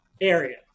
area